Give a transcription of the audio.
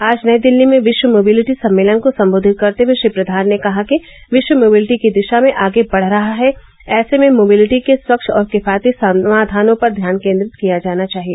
आज नई दिल्ली में विश्व मोबिलिटी सम्मेलन को सम्बोधित करते हए श्री प्रधान ने कहा कि विश्व मोबिलिटी की दिशा में आगे बढ़ रहा है ऐसे में मोबिलिटी के स्वच्छ और किफायती समाधानों पर ध्यान केन्द्रित किया जाना चाहिए